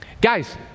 Guys